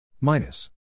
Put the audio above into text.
Minus